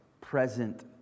present